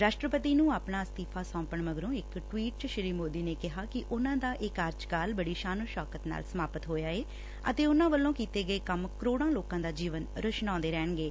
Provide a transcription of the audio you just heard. ਰਾਸ਼ਟਰਪਤੀ ਨੂੰ ਆਪਣਾ ਅਸਤੀਫ਼ਾ ਸੋਂਪਣ ਮਗਰੋਂ ਇਕ ਟਵੀਟ ਚ ਸ੍ਰੀ ਮੋਦੀ ਨੇ ਕਿਹਾ ਕਿ ਉਨੂਂ ਦਾ ਇਹ ਕਾਰਜਕਾਰਲ ਬੜੀ ਸ਼ਾਨੋ ਸ਼ੋਕਤ ਨਾਲ ਸਮਾਪਤ ਹੋਇਆ ਏ ਅਤੇ ਉਨੂਾਂ ਵੱਲੋਂ ਕੀਤੇ ਗਏ ਕੰਮ ਕਰੋੜਾਂ ਲੋਕਾਂ ਦਾ ਜੀਵਨ ਰਸ਼ਨਾਉਂਦੇ ਰਹਿਣਗੇ